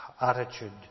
attitude